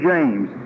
James